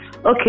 okay